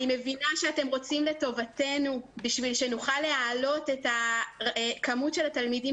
אני מבינה שאתם רוצים את טובתנו כדי שנוכל להעלות את מספר התלמידים